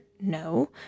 No